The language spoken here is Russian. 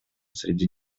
среди